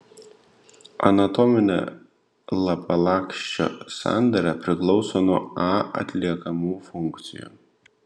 anatominė lapalakščio sandara priklauso nuo a atliekamų funkcijų